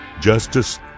justice